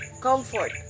comfort